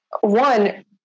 one